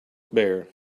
bare